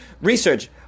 Research